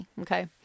Okay